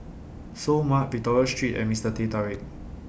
Seoul Mart Victoria Street and Mister Teh Tarik